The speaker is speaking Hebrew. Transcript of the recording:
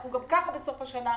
אנחנו ממילא בסוף השנה,